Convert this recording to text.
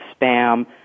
spam